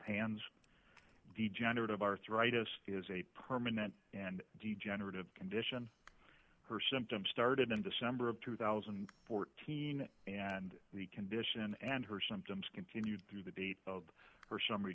hands degenerative arthritis is a permanent and d generative condition her symptoms started in december of two thousand and fourteen and the condition and her symptoms continued through the date of her s